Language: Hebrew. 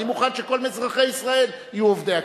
אני מוכן שכל אזרחי ישראל יהיו עובדי הכנסת.